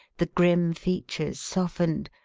the grim features softened,